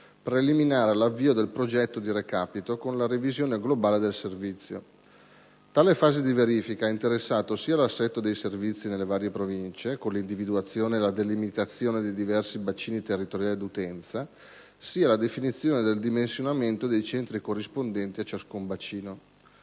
preliminare all'avvio del «Progetto di recapito», con la revisione globale del servizio. Tale fase di verifica ha interessato sia l'assetto dei servizi nelle varie Province, con l'individuazione e la delimitazione dei diversi bacini territoriali d'utenza, sia la definizione del dimensionamento dei centri corrispondenti a ciascun bacino.